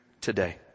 today